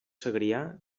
segrià